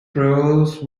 drove